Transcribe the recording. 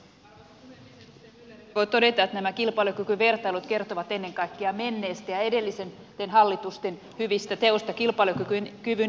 edustaja myllerille voi todeta että nämä kilpailukykyvertailut kertovat ennen kaikkea menneestä ja edellisten hallitusten hyvistä teoista kilpailukyvyn eteen